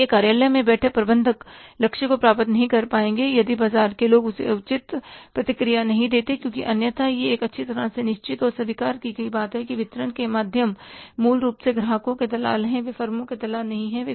इसलिए कार्यालय में बैठे प्रबंधक लक्ष्य को प्राप्त नहीं कर पाएंगे यदि बाजार के लोग उसे उचित प्रतिक्रिया नहीं देते क्योंकि अन्यथा यह एक अच्छी तरह से निश्चित और स्वीकार की गई बात है कि वितरण के माध्यम मूल रूप से ग्राहकों के दलाल हैं वे फर्मों के दलाल नहीं हैं